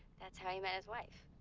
that's how he met his wife.